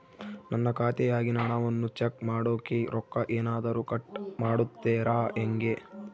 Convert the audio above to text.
ನನ್ನ ಖಾತೆಯಾಗಿನ ಹಣವನ್ನು ಚೆಕ್ ಮಾಡೋಕೆ ರೊಕ್ಕ ಏನಾದರೂ ಕಟ್ ಮಾಡುತ್ತೇರಾ ಹೆಂಗೆ?